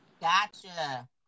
Gotcha